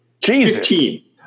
Jesus